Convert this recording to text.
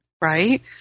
right